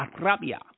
Arabia